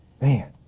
Man